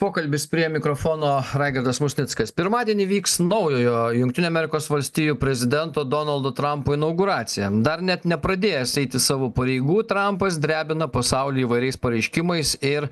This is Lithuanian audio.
pokalbis prie mikrofono raigardas musnickas pirmadienį vyks naujojo jungtinių amerikos valstijų prezidento donaldo trumpo inauguracija dar net nepradėjęs eiti savo pareigų trampas drebina pasaulį įvairiais pareiškimais ir